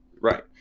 Right